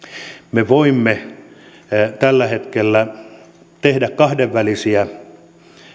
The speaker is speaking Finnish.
me voimme tällä hetkellä tehdä kahdenvälisiä